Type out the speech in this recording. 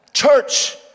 Church